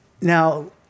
Now